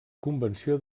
convenció